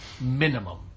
Minimum